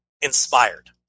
inspired